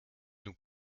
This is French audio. nous